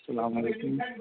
اسلام علیکم